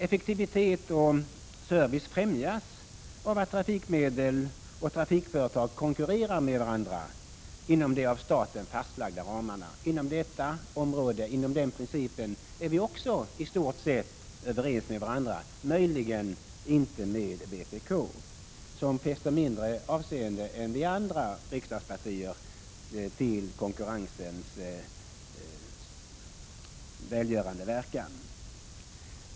Effektivitet och service främjas av att trafikmedel och trafikföretag konkurrerar med varandra inom de av staten fastlagda ramarna. Om den principen är vi också i stort sett överens med varandra — möjligen inte med vpk, som fäster mindre avseende än vi andra riksdagspartier vid konkurrensens välgörande verkan.